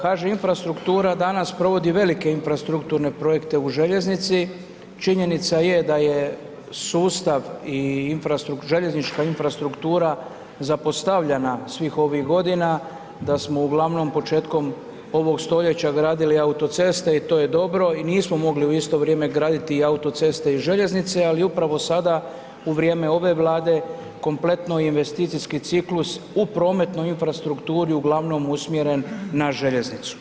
HŽ Infrastruktura danas provodi velike infrastrukturne projekte u željeznici, činjenica da je sustav i željeznička infrastruktura zapostavljena svih ovih godina, da smo uglavnom početkom ovog stoljeća gradili autoceste i to je dobro i nismo mogli u isto vrijeme graditi i autoceste i željeznice ali upravo sada u vrijeme ove Vlade kompletno investicijski ciklus u prometnoj infrastrukturi uglavnom usmjeren na željeznicu.